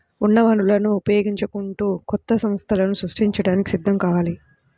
ఉన్న వనరులను ఉపయోగించుకుంటూ కొత్త సంస్థలను సృష్టించడానికి సిద్ధం కావాలి